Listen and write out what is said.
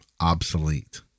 obsolete